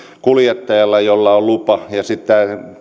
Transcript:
kuljettaja jolla on lupa ja tämä